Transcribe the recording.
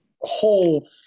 whole